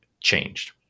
changed